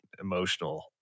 emotional